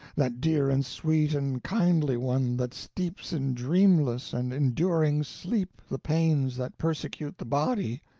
that dear and sweet and kindly one, that steeps in dreamless and enduring sleep the pains that persecute the body,